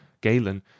Galen